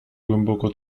głęboko